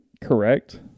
correct